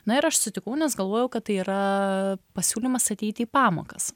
na ir aš sutikau nes galvojau kad tai yra pasiūlymas ateiti į pamokas